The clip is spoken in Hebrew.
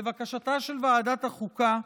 לבקשתה של ועדת החוקה,